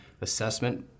assessment